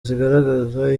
zigaragaza